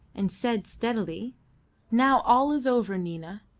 and said steadily now all is over, nina.